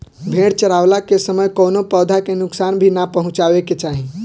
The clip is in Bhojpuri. भेड़ चरावला के समय कवनो पौधा के नुकसान भी ना पहुँचावे के चाही